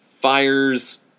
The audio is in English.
Fires